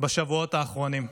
בשבועות האחרונים,